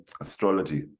astrology